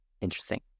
Interesting